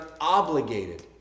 obligated